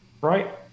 right